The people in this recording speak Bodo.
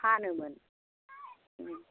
फानोमोन